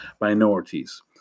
minorities